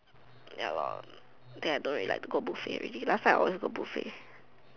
ya lor think I don't really like to go buffet already last time I always like to go buffet